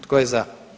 Tko je za?